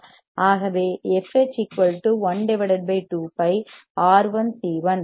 ஆகவே fH 1 2πR1C1